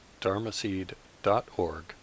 dharmaseed.org